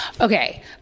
Okay